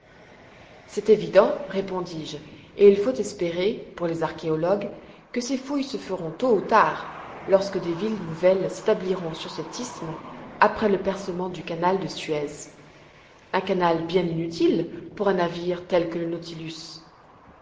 c'est évident répondis-je et il faut espérer pour les archéologues que ces fouilles se feront tôt ou tard lorsque des villes nouvelles s'établiront sur cet isthme après le percement du canal de suez un canal bien inutile pour un navire tel que le nautilus